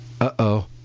Uh-oh